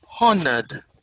honored